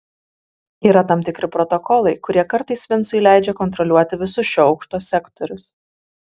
yra tam tikri protokolai kurie kartais vincui leidžia kontroliuoti visus šio aukšto sektorius